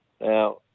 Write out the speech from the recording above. Now